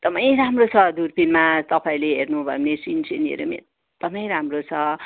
एकदमै राम्रो छ दुरपिनमा तपाईँले हेर्नु भयो मेसिन सिनहरू एकदमै राम्रो छ